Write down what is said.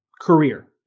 career